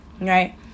right